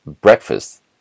breakfast